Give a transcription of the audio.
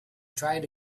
tried